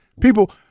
People